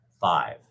five